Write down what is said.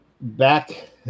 back